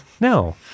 No